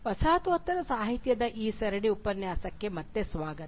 ವಸಾಹತೋತ್ತರ ಸಾಹಿತ್ಯದ ಈ ಸರಣಿ ಉಪನ್ಯಾಸಕ್ಕೆ ಮತ್ತೆ ಸ್ವಾಗತ